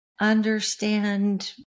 understand